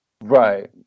Right